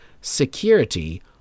security